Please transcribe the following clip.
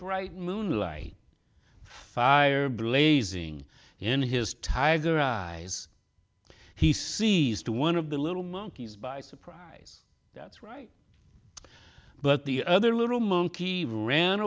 bright moonlight fire blazing in his tiger eyes he sees to one of the little monkeys by surprise that's right but the other little monkey ran